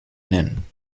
nennen